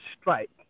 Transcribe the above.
Strike